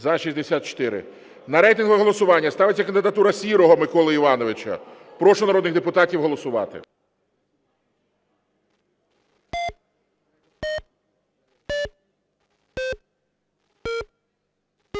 За-64 На рейтингове голосування ставиться кандидатура Сірого Миколи Івановича. Прошу народних депутатів голосувати.